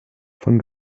von